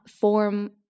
form